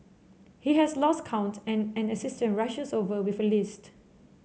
he has lost count and an assistant rushes over with a list